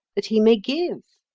that he may give.